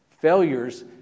failures